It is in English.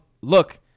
Look